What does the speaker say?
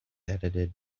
edited